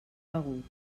begut